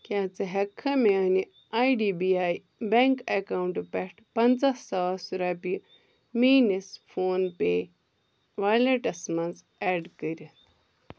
کیٛاہ ژٕ ہٮ۪کھا میانہِ I D B I bank اکاونٹہٕ پٮ۪ٹھٕ پنژاہ ساس رۄپیہِ میٲنِس فون پے ویلیٹَس منٛز ایڈ کٔرِتھ